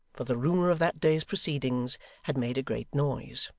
for the rumour of that day's proceedings had made a great noise.